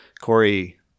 Corey